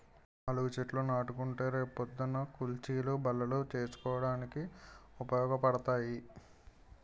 నాలుగు చెట్లు నాటుకుంటే రే పొద్దున్న కుచ్చీలు, బల్లలు చేసుకోడానికి ఉపయోగపడతాయి